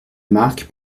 mark